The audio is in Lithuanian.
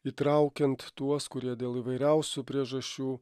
įtraukiant tuos kurie dėl įvairiausių priežasčių